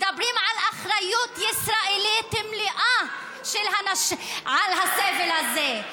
מדברים על אחריות ישראלית מלאה לסבל הזה.